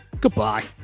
goodbye